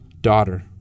daughter